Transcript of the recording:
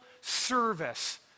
service